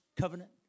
covenant